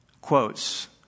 quotes